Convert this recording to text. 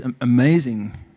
amazing